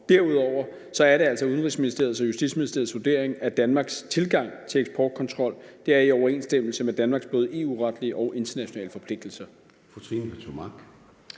Derudover er det altså Udenrigsministeriets og Justitsministeriets vurdering, at Danmarks tilgang til eksportkontrol er i overensstemmelse med både Danmarks EU-retlige og internationale forpligtelser.